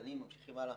דנים וממשיכים הלאה.